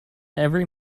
every